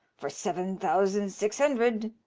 for seven thousand six hundred.